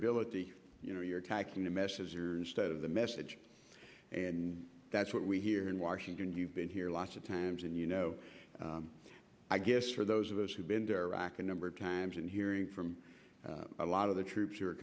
ability you know you're taxing the message here instead of the message and that's what we here in washington you've been here lots of times and you know i guess for those of us who've been to iraq a number of times and hearing from a lot of the troops are